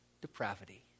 depravity